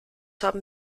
haben